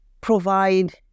provide